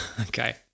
okay